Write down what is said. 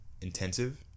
intensive